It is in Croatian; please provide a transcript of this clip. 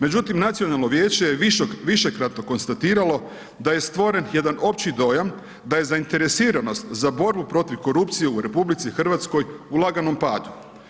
Međutim, nacionalno vijeće je višekratno konstatiralo da je stvoren jedan opći dojam da je zainteresiranost za borbu protiv korupcije u RH u laganom padu.